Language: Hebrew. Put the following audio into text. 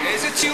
איזה ציוץ,